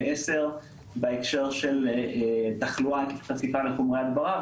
2010 בהקשר של תחלואת חשיפה לחומרי הדברה,